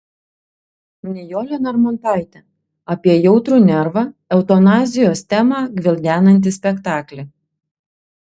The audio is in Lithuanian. nijolė narmontaitė apie jautrų nervą eutanazijos temą gvildenantį spektaklį